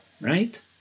Right